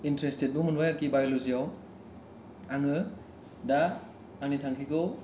इन्थारेसथेदबो मोनबाय आरखि बायल'जिआव आङो दा आंनि थांखिखौ